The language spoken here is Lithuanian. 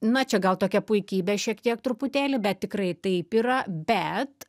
na čia gal tokia puikybė šiek tiek truputėlį bet tikrai taip yra bet